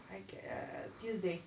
I ca~ err tuesday